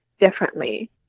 differently